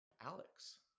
Alex